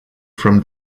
from